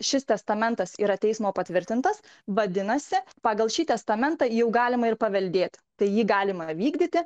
šis testamentas yra teismo patvirtintas vadinasi pagal šį testamentą jau galima ir paveldėti tai jį galima vykdyti